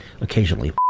occasionally